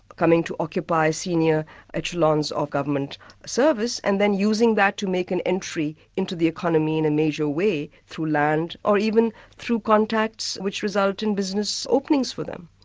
coming to occupy senior echelons of government service and then using that to make an entry into the economy in a major way through land, or even through contacts which result in business openings for them.